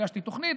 הגשתי תוכנית,